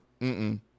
mm-mm